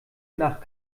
nach